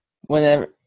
Whenever